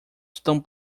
estão